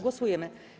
Głosujemy.